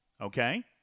Okay